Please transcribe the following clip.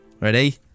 Ready